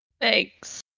Thanks